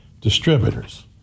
distributors